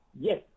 yes